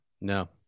no